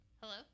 Hello